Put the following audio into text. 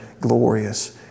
glorious